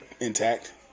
intact